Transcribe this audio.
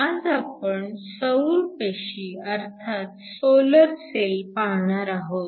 आज आपण सौर पेशी अर्थात सोलर सेल पाहणार आहोत